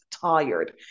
tired